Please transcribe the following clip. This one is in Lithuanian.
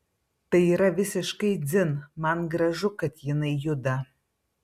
tai yra visiškai dzin man gražu kad jinai juda